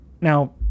now